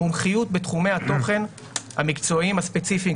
המומחיות בתחומי התוכן המקצועיים הספציפיים,